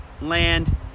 land